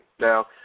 Now